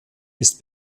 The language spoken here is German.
ist